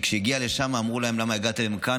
וכשהגיעו לשם אמרו להם: למה הגעתם לכאן?